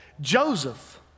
Joseph